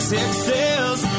Texas